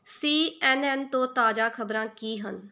ਸੀ N N ਤੋਂ ਤਾਜ਼ਾ ਖ਼ਬਰਾਂ ਕੀ ਹਨ